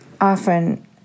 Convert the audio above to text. often